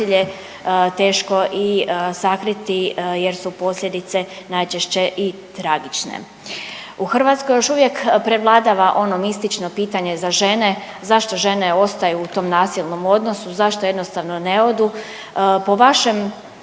Hrvatskoj još uvijek prevladava ono mistično pitanje za žene zašto žene ostaju u tom nasilnom odnosu, zašto jednostavno ne odu, po vašem